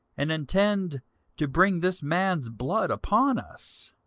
and intend to bring this man's blood upon us.